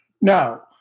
Now